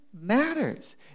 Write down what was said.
matters